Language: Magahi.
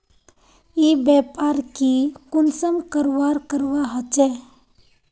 ई व्यापार की कुंसम करवार करवा होचे?